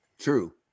True